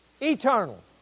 Eternal